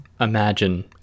imagine